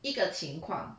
一个情况